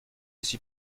suis